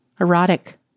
Erotic